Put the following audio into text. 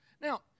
Now